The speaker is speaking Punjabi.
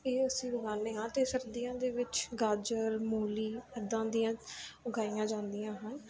ਇਹ ਅਸੀਂ ਉਗਾਉਂਦੇ ਹਾਂ ਅਤੇ ਸਰਦੀਆਂ ਦੇ ਵਿੱਚ ਗਾਜਰ ਮੂਲੀ ਇੱਦਾਂ ਦੀਆਂ ਉਗਾਈਆਂ ਜਾਂਦੀਆਂ ਹਨ